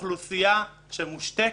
אוכלוסייה שמושתקת,